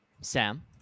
Sam